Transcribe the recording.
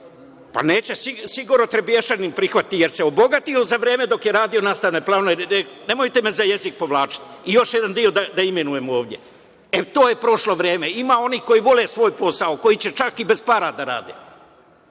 Pa, neće sigurno Trebješanin prihvatiti, jer se obogatio za vreme dok je radio nastavne planove. Nemojte me za jezik povlačiti još jedan deo da imenujem ovde. E, to je prošlo vreme. Ima onih koji vole svoj posao, koji će, čak, i bez para da rade. Nije